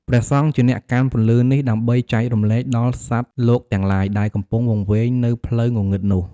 ព្រះសង្ឃជាអ្នកកាន់ពន្លឺនេះដើម្បីចែករំលែកដល់សត្វលោកទាំងឡាយ ដែលកំពង់វង្វេងនៅផ្លូវងងឹតនោះ។